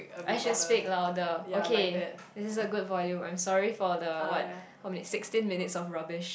I should speak louder okay this is a good volume I'm sorry for the what how many sixteen minutes of rubbish